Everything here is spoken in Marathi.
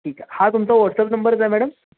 ठीक आहे हा तुमचा व्हॉटसअप नंबरच आहे मॅडम